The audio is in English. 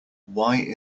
why